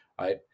right